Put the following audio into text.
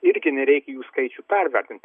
irgi nereikia jų skaičių pervertint